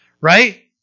Right